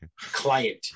client